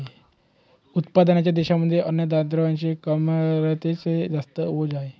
उत्पन्नाच्या देशांमध्ये अन्नद्रव्यांच्या कमतरतेच जास्त ओझ आहे